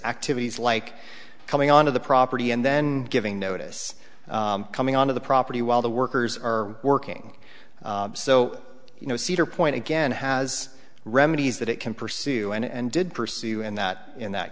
activities like coming onto the property and then giving notice coming out of the property while the workers are working so you know cedar point again has remedies that it can pursue and did pursue in that in that